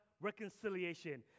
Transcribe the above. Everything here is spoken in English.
reconciliation